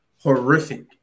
horrific